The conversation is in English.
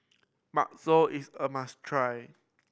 bakso is a must try